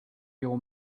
your